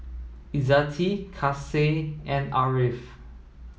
Izzati Kasih and Ariff